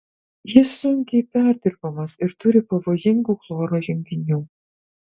jis sunkiai perdirbamas ir turi pavojingų chloro junginių